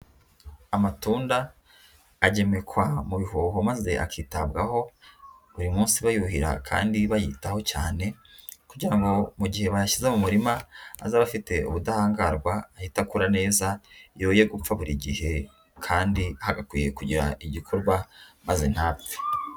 Amatunda, agemekwa mu bihoho maze akitabwaho, buri munsi bayuhira kandi bayitaho cyane. Kugira ngo mu gihe bashyize mu murima, azaba afite ubudahangarwa, ahita akura neza. Yoye gupfa buri gihe, kandi hagakwiye kugira igikorwa, maze ntapfe.